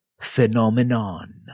phenomenon